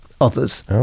others